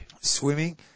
Swimming